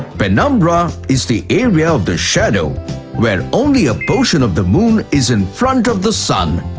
penumbra is the area of the shadow where only a portion of the moon is in front of the sun.